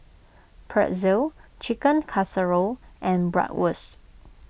Pretzel Chicken Casserole and Bratwurst